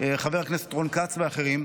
חבר הכנסת רון כץ ואחרים: